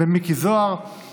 עוזי דיין ושני נציגים נוספים,